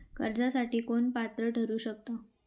कर्जासाठी कोण पात्र ठरु शकता?